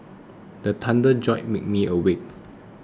the thunder jolt me awake